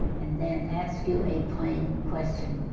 and then ask you a plain question